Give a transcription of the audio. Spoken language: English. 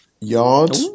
Yard